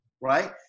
right